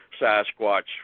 Sasquatch